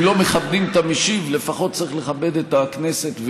אם לא מכבדים את המשיב לפחות צריך לכבד את הכנסת,